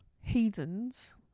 heathens